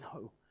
no